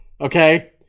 Okay